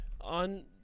on